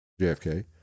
JFK